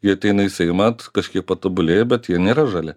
jie ateina į seimą kažkiek patobulėja bet jie nėra žali